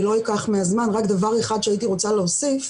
יש דבר אחד שהייתי רוצה להוסיף.